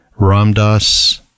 Ramdas